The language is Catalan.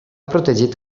protegit